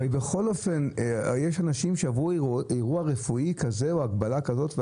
הרי בכל אופן יש אנשים שעברו אירוע רפואי או הגבלה כזאת או